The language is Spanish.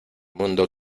mundo